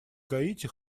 гаити